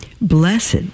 blessed